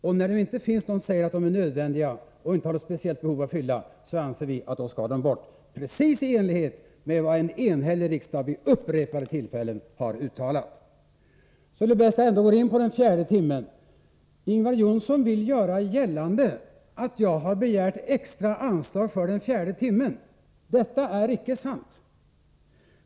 Under sådana förhållanden och med tanke på att de inte fyller något speciellt behov anser vi att de skall avskaffas. Det är också helt i enlighet med vad en enhällig riksdag vid upprepade tillfällen har uttalat. Låt mig så ta upp frågan om den fjärde timmen. Ingvar Johnsson vill göra gällande att jag har begärt extra anslag för den fjärde timmen. Detta är icke sant.